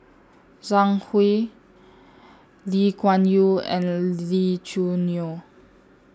Zhang Hui Lee Kuan Yew and Lee Choo Neo